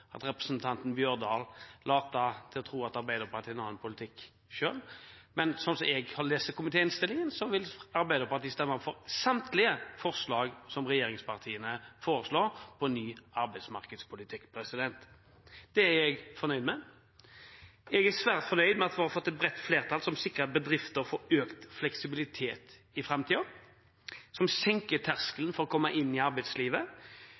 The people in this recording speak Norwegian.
at representanten Holen Bjørdal later til å tro at Arbeiderpartiet har en annen politikk. Men slik jeg har lest komitéinnstillingen, vil Arbeiderpartiet stemme for samtlige forslag som regjeringspartiene foreslår som ny arbeidsmarkedspolitikk. Det er jeg fornøyd med. Jeg er også svært fornøyd med at vi har fått et bredt flertall som sikrer bedrifter økt fleksibilitet i framtiden, som senker terskelen for å komme inn i arbeidslivet,